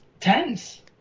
tense